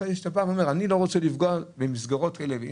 אתה אומר שאתה לא רוצה לפגוע במסגרות אלה ואלה.